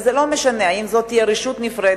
וזה לא משנה האם זו תהיה רשות נפרדת,